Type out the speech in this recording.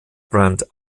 brand